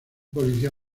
policía